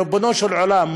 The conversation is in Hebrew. ריבונו של עולם,